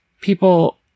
people